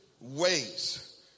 ways